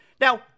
Now